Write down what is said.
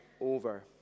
over